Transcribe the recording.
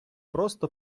просто